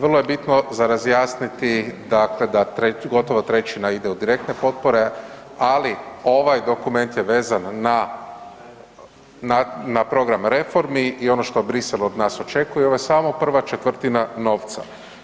Vrlo je bitno za razjasniti dakle da gotovo trećina ide u direktne potpore, ali ovaj dokument je vezan na, na program reformi i ono što Bruxelles od nas očekuje i ovo je samo prva četvrtina novca.